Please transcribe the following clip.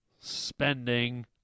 spending